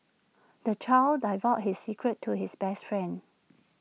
the child divulged all his secrets to his best friend